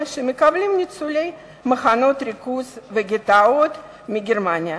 שמקבלים ניצולי מחנות ריכוז וגטאות מגרמניה.